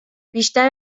بیشتر